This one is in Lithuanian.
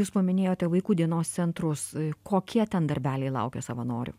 jūs paminėjote vaikų dienos centrus kokie ten darbeliai laukia savanorių